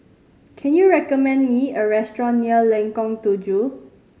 can you recommend me a restaurant near Lengkong Tujuh